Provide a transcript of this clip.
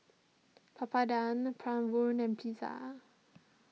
Papadum Bratwurst and Pizza